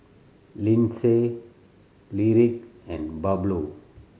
Lindsay Lyric and Pablo